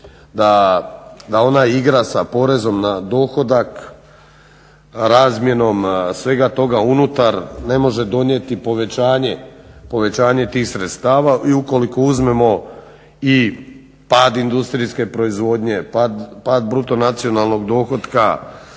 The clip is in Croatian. da ona igra sa porezom na dohodak razmjenom svega toga unutar ne može donijeti povećanje tih sredstava, i ukoliko uzmemo i pad industrijske proizvodnje, pad BDP-a, smanjenje